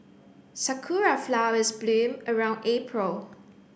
sakura flowers bloom around April